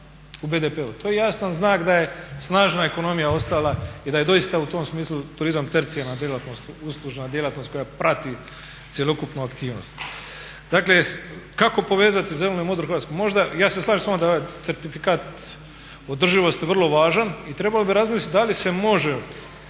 u BDP-u. To je jasan znak da je snažna ekonomija ostala i da je doista u tom smislu turizam tercijarna djelatnost, uslužna djelatnost koja prati cjelokupnu aktivnost. Dakle, kako povezati zelenu i modru Hrvatsku? Ja se slažem s vama da je certifikat održivosti vrlo važan i trebalo bi razmislit da li se može